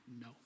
No